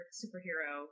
superhero